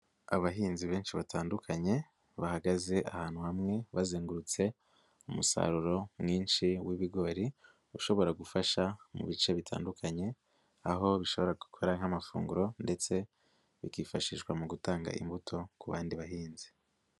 Abahinzi benshi batandukanye, bahagaze ahantu hamwe, bazengurutse umusaruro mwinshi w'ibigori, ushobora gufasha mu bice bitandukanye, aho bishobora gukora nk'amafunguro ndetse bikifashishwa mu gutanga imbuto ku bandi bahinzi.